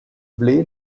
blé